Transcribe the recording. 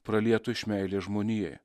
pralietu iš meilės žmonijai